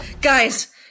Guys